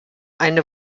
eine